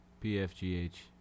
P-F-G-H